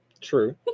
True